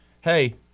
hey